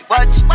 Watch